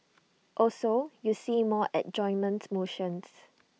also you see more adjournment motions